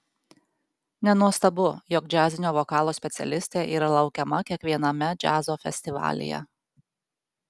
nenuostabu jog džiazinio vokalo specialistė yra laukiama kiekviename džiazo festivalyje